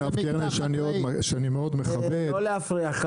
לא להפריע.